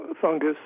fungus